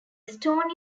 stone